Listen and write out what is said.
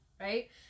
right